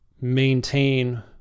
maintain